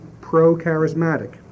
pro-charismatic